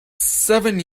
seven